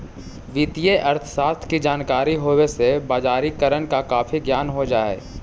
वित्तीय अर्थशास्त्र की जानकारी होवे से बजारिकरण का काफी ज्ञान हो जा हई